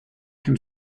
can